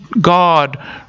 God